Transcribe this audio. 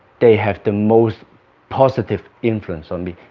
they have the most positive influence on me,